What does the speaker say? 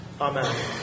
Amen